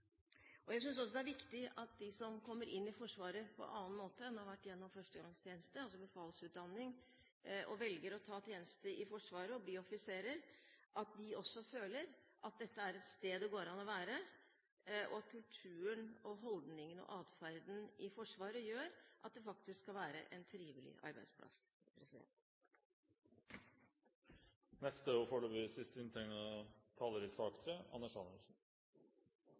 befalet. Jeg synes også det er viktig at de som kommer inn i Forsvaret på annen måte enn å ha vært gjennom førstegangstjeneste – altså befalsutdanning – og velger å ta tjeneste i Forsvaret og bli offiserer, også føler at dette er et sted det går an å være, og at kulturen, holdningene og adferden i Forsvaret gjør at det faktisk er en trivelig arbeidsplass. Temperaturen i